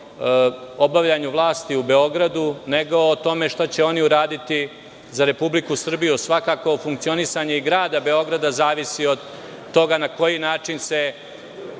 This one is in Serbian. o obavljanju vlasti u Beogradu, nego o onome šta će oni uraditi za Republiku Srbiju, jer svakako i funkcionisanje grada Beograda zavisi od toga na koji način se